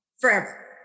forever